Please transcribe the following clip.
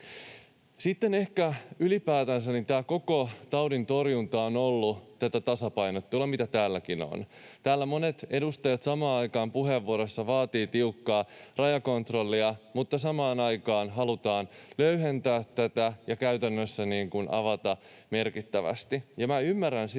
Sitten ehkä ylipäätänsä tämä koko taudin torjunta on ollut tätä tasapainottelua, mitä täälläkin on. Täällä monet edustajat puheenvuoroissaan vaativat tiukkaa rajakontrollia, mutta samaan aikaan halutaan löyhentää tätä ja käytännössä avata merkittävästi.